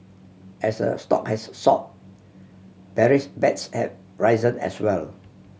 as a stock has soar bearish bets have risen as well